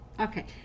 Okay